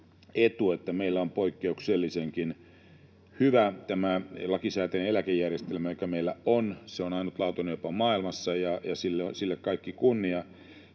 että meillä on poikkeuksellisenkin hyvä tämä lakisääteinen eläkejärjestelmä, joka meillä on. Se on ainutlaatuinen jopa maailmassa, ja sille kaikki kunnia.